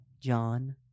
John